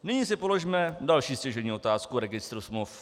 Nyní si položme další stěžejní otázku o registru smluv.